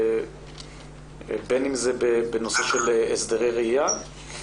בין אם בנוגע להסדרי ראייה.